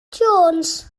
jones